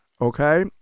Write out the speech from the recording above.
okay